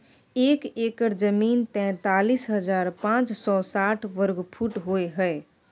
एक एकड़ जमीन तैंतालीस हजार पांच सौ साठ वर्ग फुट होय हय